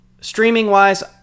Streaming-wise